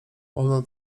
ona